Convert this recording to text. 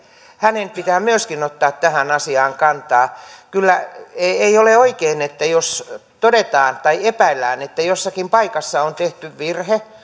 hänen pitää myöskin ottaa tähän asiaan kantaa ei ole oikein että jos todetaan tai epäillään että jossakin paikassa on tehty virhe